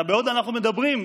בעוד אנחנו מדברים,